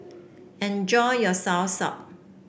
enjoy your Soursop